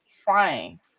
trying